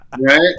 Right